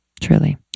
truly